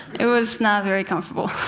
it was not very comfortable.